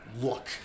look